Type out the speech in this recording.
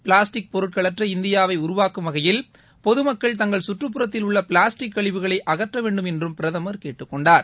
plastic பொருட்களற்ற இந்தியாவை உருவாக்கும் வகையில் பொதுமக்கள் தங்கள் சுற்றுப்புறத்தில் உள்ள பிளாஸ்டிக் கழிவுகளை அகற்ற வேண்டும் என்றும் பிரதமா் அவா் கேட்டுக் கொண்டார்